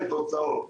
יש תוצאות,